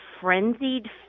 frenzied